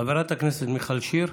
חברת הכנסת מיכל שיר,